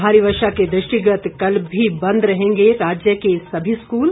भारी वर्षा के दृष्टिगत कल भी बंद रहेंगे राज्य के सभी स्कूल